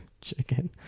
chicken